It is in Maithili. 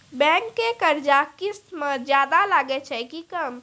बैंक के कर्जा किस्त मे ज्यादा लागै छै कि कम?